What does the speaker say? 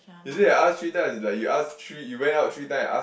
is it you ask three time as in like you ask three you went out three time and ask